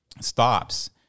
stops